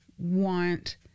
Want